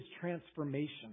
transformation